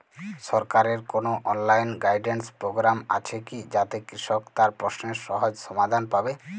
সরকারের কোনো online guidance programme আছে কি যাতে কৃষক তার প্রশ্নের সহজ সমাধান পাবে?